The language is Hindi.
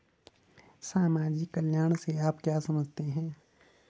समाज कल्याण से आप क्या समझते हैं?